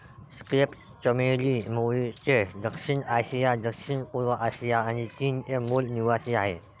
crepe चमेली मूळचे दक्षिण आशिया, दक्षिणपूर्व आशिया आणि चीनचे मूल निवासीआहे